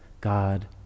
God